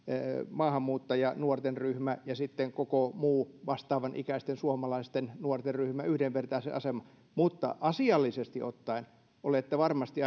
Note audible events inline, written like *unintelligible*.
maahanmuuttajanuorten ryhmä ja sitten koko muu vastaavanikäisten suomalaisten nuorten ryhmä yhdenvertaiseen asemaan asiallisesti ottaen olette varmasti *unintelligible*